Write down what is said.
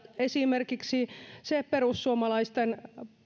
esimerkiksi se perussuomalaisten